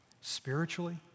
spiritually